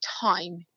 time